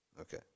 Okay